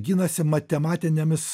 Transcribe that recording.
ginasi matematinėmis